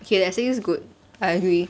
okay let's say it's good I agree